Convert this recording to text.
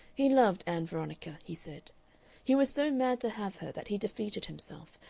he loved ann veronica, he said he was so mad to have her that he defeated himself,